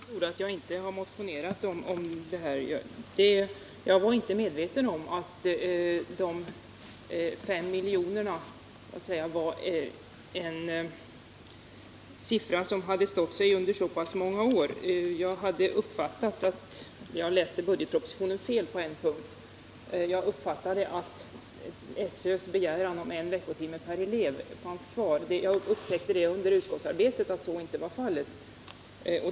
Herr talman! Det är riktigt att jag inte har motionerat om det här. Jag var inte medveten om att de 5 miljonerna var en siffra som hade stått still under många år. Jag läste budgetpropositionen fel på en punkt. Jag hade uppfattat det så att SÖ:s begäran om en lärarveckotimme som riktpunkt för stödinsatserna skulle gälla, men jag upptäckte under utskottsarbetet att så inte var fallet.